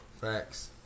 Facts